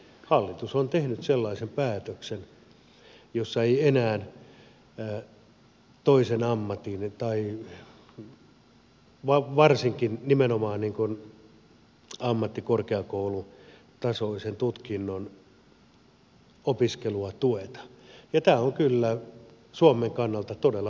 hallitus on tehnyt sellaisen päätöksen jossa ei enää toisen ammatin tai varsinkaan ammattikorkeakoulutasoisen tutkinnon opiskelua tueta ja tämä on kyllä suomen kannalta todella murheellista